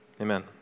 Amen